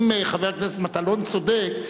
אם חבר הכנסת מטלון צודק,